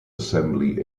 assembly